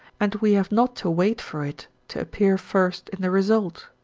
and we have not to wait for it to appear first in the result.